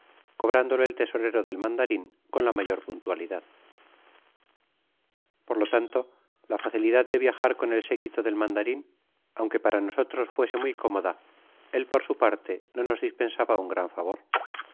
cobrándolo el tesorero del mandarin con la mayor puntualidad por lo tanto la facilidad de viajar con el sequito del mandarin aunque para nosotros fuese muy cómoda él por su parte no nos dispensaba un gran favor